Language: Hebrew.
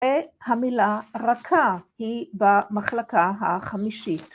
‫המילה רכה היא במחלקה החמישית.